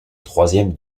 troisième